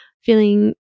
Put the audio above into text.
feeling